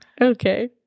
Okay